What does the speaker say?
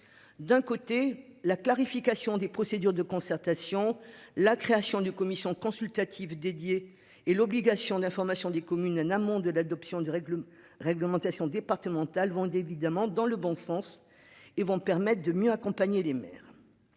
D'un côté la clarification des procédures de concertation la création d'une commission consultative dédié et l'obligation d'information des communes en amont de l'adoption du règlement réglementation départementales vont d'évidemment dans le bon sens et vont permettent de mieux accompagner les mères.